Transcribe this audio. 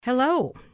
Hello